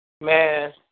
Man